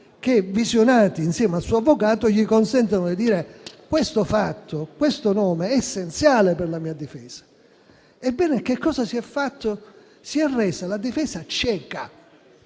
che, visionati insieme al suo avvocato, gli consentano di dire: "questo fatto, questo nome è essenziale per la mia difesa". Ebbene, cosa si è fatto? Si è resa la difesa cieca.